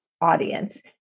audience